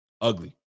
ugly